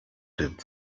did